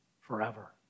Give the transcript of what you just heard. forever